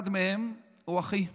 אחד מהם הוא אחי הגדול,